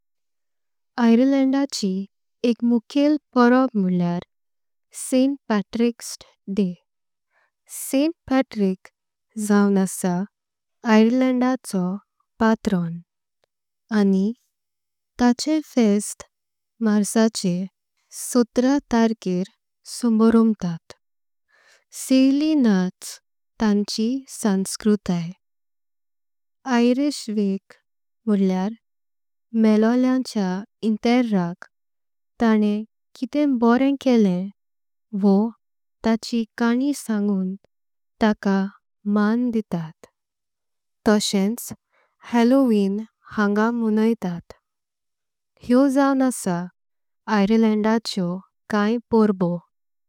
आयरलँडाची एक मुकॆल परब म्होळ्ळें Saint Patrick's Day. Saint Patrick जाऊन आसा आयरलँडाचो पाटरॉन आनी। ताचे फेस्ट मार्चाचे सत्र तारिकेर समोरोंबतात कैली। नाच तांची संस्कृती आयरिश वेक म्होळ्ळें मेलॆलॆचॆआ। इंटराक तान्नॆं कितें बोरं केंल्ळें वॊ ताची खाणी सांगुन। ताका मानं दीतात तॊशेंच हेलौवीन हच्‍।व। मोणॆतात हेंऊन आसा आयरलँडाचॆॊ काई परबॊ।